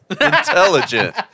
Intelligent